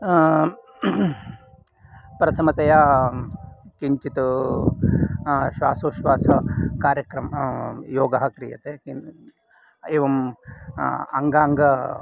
प्रथमतया किञ्चित् श्वासोश्वास कार्यक्रम योगः क्रियते एवम् अङ्गाङ्ग